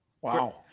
Wow